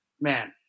man